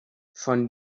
von